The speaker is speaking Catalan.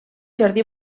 jardí